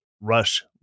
Rush